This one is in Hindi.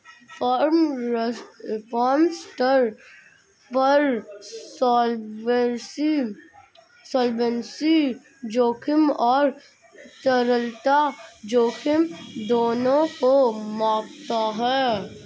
फर्म स्तर पर सॉल्वेंसी जोखिम और तरलता जोखिम दोनों को मापता है